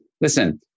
listen